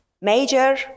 Major